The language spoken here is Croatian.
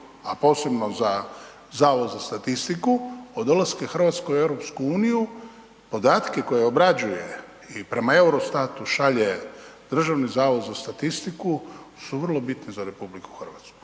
a posebno za Zavod za statistiku od dolaska RH u EU podatke koje obrađuje i prema Eurostatu šalje Državni zavod za statistiku su vrlo bitni za RH.